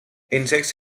insects